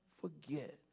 forget